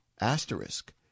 asterisk